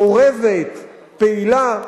מעורבת, פעילה.